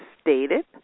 stated